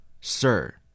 Sir